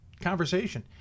conversation